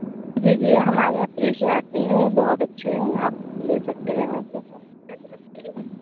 جی جی ہمارے یہاں فریش ہی آتے ہیں بہت اچھے ہیں آپ لے سکتے ہیں یہاں سے